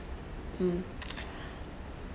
um